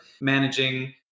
managing